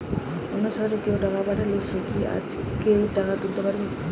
অন্য শহরের কাউকে টাকা পাঠালে সে কি আজকেই টাকা তুলতে পারবে?